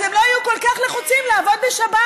אז הם לא יהיו כל כך לחוצים לעבוד בשבת.